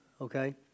okay